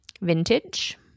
vintage